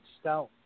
stone